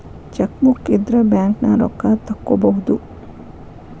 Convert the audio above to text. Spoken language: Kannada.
ಚೆಕ್ಬೂಕ್ ಇದ್ರ ಬ್ಯಾಂಕ್ನ್ಯಾಗ ರೊಕ್ಕಾ ತೊಕ್ಕೋಬಹುದು